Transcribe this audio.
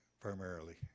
primarily